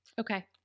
Okay